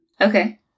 Okay